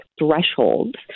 thresholds